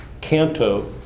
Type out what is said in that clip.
canto